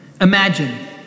Imagine